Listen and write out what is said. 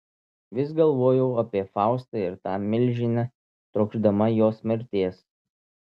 vis galvojau apie faustą ir tą milžinę trokšdama jos mirties